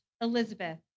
Elizabeth